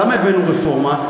למה הבאנו רפורמה?